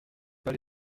pas